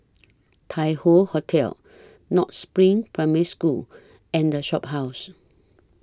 Tai Hoe Hotel North SPRING Primary School and The Shophouse